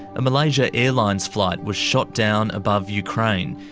a malaysia airlines flight was shot down above ukraine,